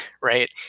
right